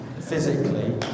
physically